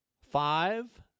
five